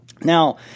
Now